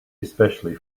especially